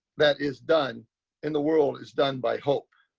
that is done in the world is done by hope.